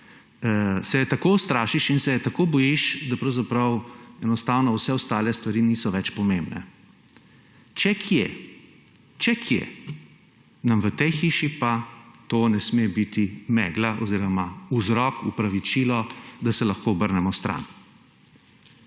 tako ustrašiš in se je tako bojiš, da enostavno vse ostale stvari niso več pomembne. Če kje, nam v tej hiši pa to ne sme biti megla oziroma vzrok, opravičilo, da se lahko obrnemo stran.